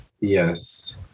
Yes